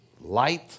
Light